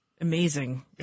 Amazing